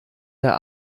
der